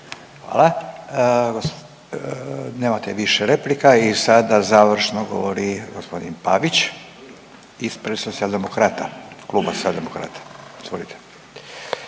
Nemate više replika i sada završno govori g. Pavić ispred Socijaldemokrata. Kluba Socijaldemokrata. Izvolite.